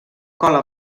cola